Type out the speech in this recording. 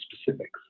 specifics